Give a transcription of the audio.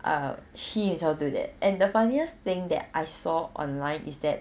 uh he himself do that and the funniest thing that I saw online is that